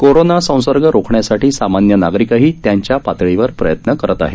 corona संसर्ग रोखण्यासाठी सामान्य नागरिकही त्यांच्या पातळीवर प्रयत्न करत आहेत